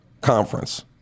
Conference